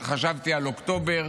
אז חשבתי על אוקטובר.